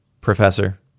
Professor